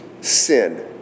Sin